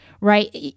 right